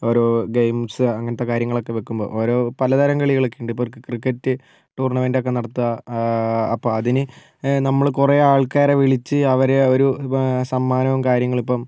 ഓരോ ഗെയിംസ് അങ്ങനത്തെ കാര്യങ്ങൾ ഒക്കെ വയ്ക്കുമ്പോൾ ഓരോ പലതരം കളികളൊക്കെ ഉണ്ട് ഇപ്പം അവർക്ക് ക്രിക്കറ്റ് ടൂർണമെൻറ്റ് ഒക്കെ നടത്തുക അപ്പോൾ അതിന് നമ്മൾ കുറേ ആൾക്കാരെ വിളിച്ച് അവരെ അവർ സമ്മാനവും കാര്യങ്ങളും ഇപ്പം